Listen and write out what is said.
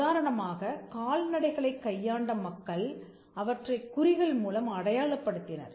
உதாரணமாக கால்நடைகளைக் கையாண்ட மக்கள்அவற்றைக் குறிகள் மூலம் அடையாளப்படுத்தினர்